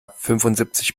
fünfundsiebzig